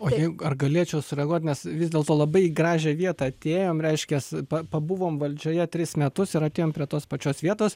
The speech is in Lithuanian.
o jeigu ar galėčiau sureaguot nes vis dėlto labai į gražią vietą atėjom reiškias pa pabuvom valdžioje tris metus ir atėjom prie tos pačios vietos